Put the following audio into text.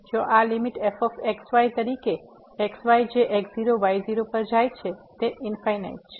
તેથી જો આ લીમીટ f x y તરીકે x y જે x0 y0 પર જાય છે તે ઇન્ફાઈનાઈટ છે